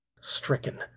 stricken